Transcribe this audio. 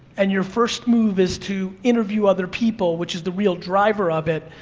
and your first move is to interview other people, which is the real driver of it,